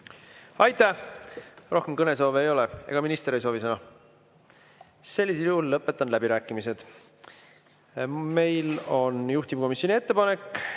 Aitäh! Rohkem kõnesoove ei ole ja ka minister ei soovi sõna. Sellisel juhul lõpetan läbirääkimised. Meil on juhtivkomisjoni ettepanek